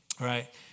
right